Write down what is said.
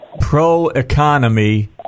pro-economy